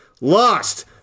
lost